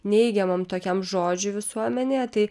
neigiamam tokiam žodžiui visuomenėje tai